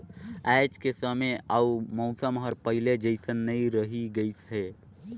आयज के समे अउ मउसम हर पहिले जइसन नइ रही गइस हे